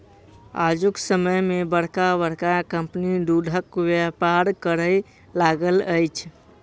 आजुक समय मे बड़का बड़का कम्पनी दूधक व्यापार करय लागल अछि